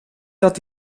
dat